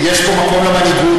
יש פה מקום למנהיגות,